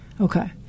Okay